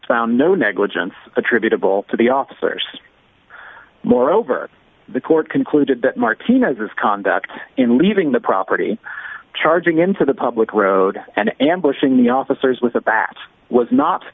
found no negligence attributable to the officers moreover the court concluded that martinez's conduct in leaving the property charging into the public road and ambushing the officers with the bats was not